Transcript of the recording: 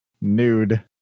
Nude